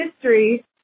history